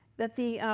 that the